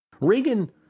Reagan